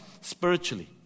spiritually